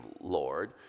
Lord